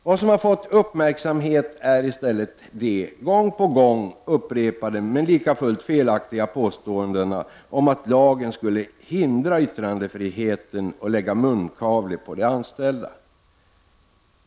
Vad som har fått uppmärksamhet är i stället de, gång på gång upprepade men likafullt felaktiga, påståendena om att lagen skulle hindra yttrandefriheten och lägga munkavle på de anställda.